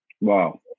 Wow